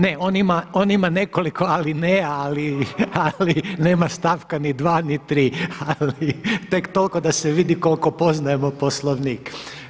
Ne, on ima, on ima nekoliko alineja ali nema stavka ni 2. ni 3. ali tek toliko da se vidi koliko poznajemo Poslovnik.